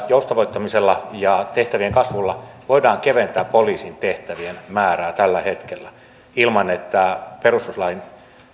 joustavoittamisella ja tehtävien kasvulla voidaan keventää poliisin tehtävien määrää tällä hetkellä ilman että perustuslain